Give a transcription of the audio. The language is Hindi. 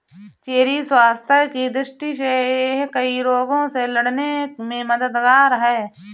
चेरी स्वास्थ्य की दृष्टि से यह कई रोगों से लड़ने में मददगार है